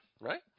right